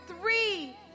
three